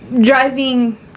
driving